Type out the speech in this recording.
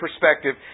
perspective